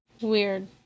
Weird